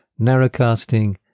narrowcasting